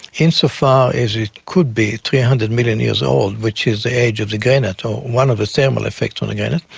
in so far as it could be three hundred million years old, which is the age of the granite or one of the thermal effects on the granite,